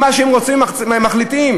מה שהם רוצים הם מחליטים?